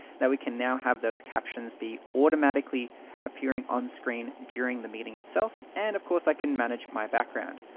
that we can now have those captions be automatically appearing on screen during the meeting itself. and of course, i can manage my background.